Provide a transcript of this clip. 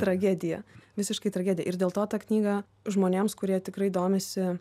tragedija visiškai tragedija ir dėl to ta knyga žmonėms kurie tikrai domisi